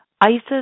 Isis